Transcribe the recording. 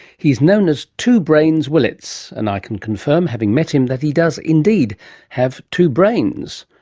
he's known as two brains willetts and i can confirm, having met him, that he does indeed have two brains,